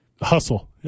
Hustle